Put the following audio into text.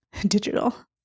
Digital